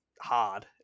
hard